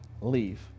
leave